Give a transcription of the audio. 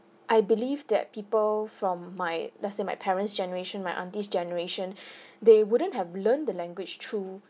I believe that people from my let's say my parents' generation my aunties generation they wouldn't have learned the language through